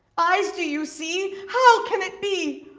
eyes, do you see? how can it be?